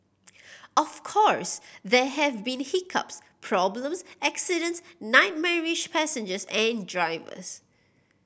of course there have been hiccups problems accidents nightmarish passengers and drivers